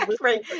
Right